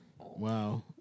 Wow